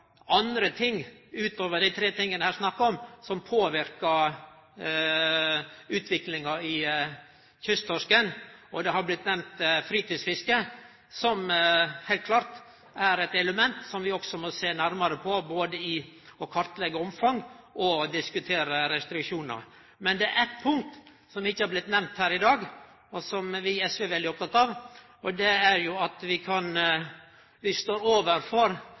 andre ting, utover dei tre tinga det her er snakk om, som påverkar utviklinga av kysttorsken. Det har blitt nemnt fritidsfisket, som heilt klart er eit element som vi også må sjå nærare på – både kartleggje omfang og diskutere restriksjonar. Men det er eitt punkt som ikkje har blitt nemnt her i dag, og som vi i SV er veldig opptekne av, og det er at vi står overfor ein situasjon der oljeutvinning i kystnære område kan